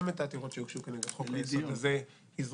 גם את העתירות שיוגשו כנגד חוק היסוד הזה יזרקו.